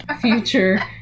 future